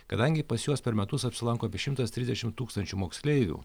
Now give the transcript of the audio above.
kadangi pas juos per metus apsilanko apie šimtas trisdešim tūkstančių moksleivių